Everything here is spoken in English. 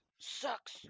Sucks